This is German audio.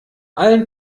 allen